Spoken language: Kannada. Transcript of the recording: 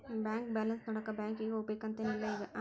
ಬ್ಯಾಂಕ್ ಬ್ಯಾಲೆನ್ಸ್ ನೋಡಾಕ ಬ್ಯಾಂಕಿಗೆ ಹೋಗ್ಬೇಕಂತೆನ್ ಇಲ್ಲ ಈಗ